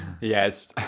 Yes